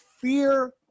fear